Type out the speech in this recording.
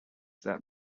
that